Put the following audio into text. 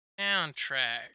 soundtrack